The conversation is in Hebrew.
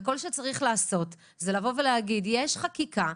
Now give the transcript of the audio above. כל שצריך לעשות זה לבוא ולהגיד שיש חקיקה,